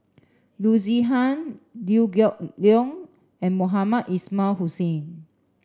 Loo Zihan Liew Geok Leong and Mohamed Ismail Hussain